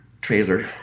trailer